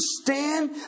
understand